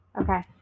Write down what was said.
Okay